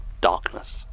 darkness